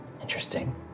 Interesting